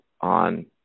on